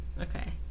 Okay